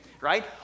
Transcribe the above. right